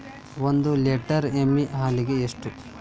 ಒಂದು ಲೇಟರ್ ಎಮ್ಮಿ ಹಾಲಿಗೆ ಎಷ್ಟು?